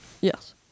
Yes